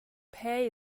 pay